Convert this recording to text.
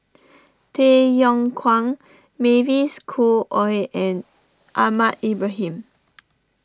Tay Yong Kwang Mavis Khoo Oei and Ahmad Ibrahim